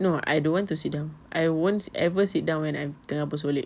no I don't want to sit down I won't ever sit down when I'm tengah bersolek